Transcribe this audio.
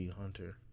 hunter